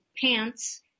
pants